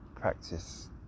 practice